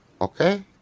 Okay